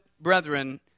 brethren